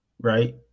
right